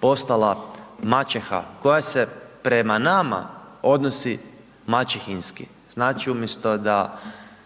postala maćeha koja se prema nama odnosi maćehinski, znači umjesto da